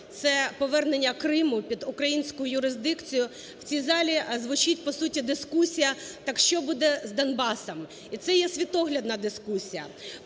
це повернення Криму під українську юрисдикцію, в цій залі звучить по суті дискусія: так що буде з Донбасом? І це є світоглядна дискусія.